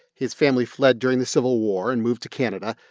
his family fled during the civil war and moved to canada.